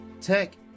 Tech